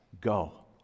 go